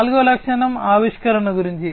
నాల్గవ లక్షణం ఆవిష్కరణ గురించి